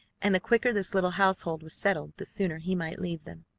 and the quicker this little household was settled, the sooner he might leave them.